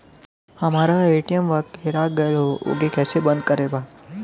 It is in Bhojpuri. हमरा ए.टी.एम वा हेरा गइल ओ के के कैसे बंद करे के बा?